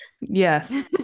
Yes